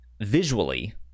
visually